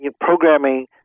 programming